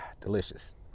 Delicious